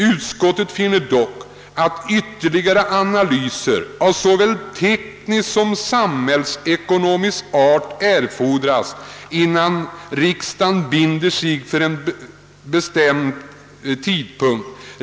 Utskottet finner dock, att ytterligare analyser av såväl teknisk som samhällsekonomisk art erfordras, innan riksdagen binder sig för en bestämd tidpunkt.